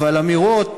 אבל אמירות